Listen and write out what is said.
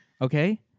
Okay